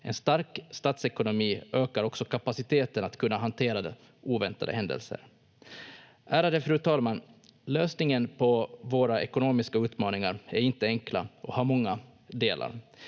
En stark statsekonomi ökar också kapaciteten att kunna hantera oväntade händelser. Ärade fru talman! Lösningarna på våra ekonomiska utmaningar är inte enkla och har många delar,